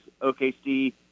OKC